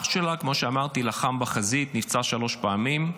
אח שלה, כמו שאמרתי, לחם בחזית, נפצע שלוש פעמים,